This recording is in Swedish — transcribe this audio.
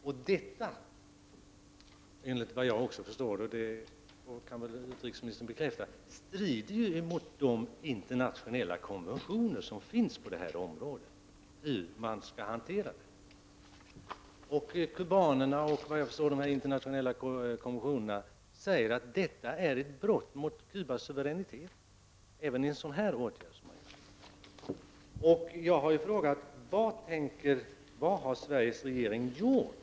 Detta strider enligt vad jag förstår — och det kan väl utrikesministern bekräfta — mot de internationella konventioner som finns på detta område. Kubanerna, liksom enligt vad jag förstår dessa internationella konventioner, säger att detta är ett brott mot Cubas suveränitet. Jag har till utrikesministern ställt frågan vad Sveriges regering har gjort.